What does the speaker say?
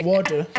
Water